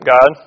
God